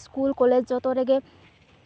school college ᱡᱚᱛᱚ ᱨᱮᱜᱮ